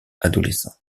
adolescents